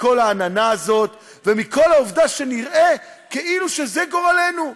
מכל העננה הזאת ומכל העובדה שנראה כאילו זה גורלנו,